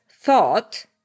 thought